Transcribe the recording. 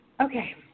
Okay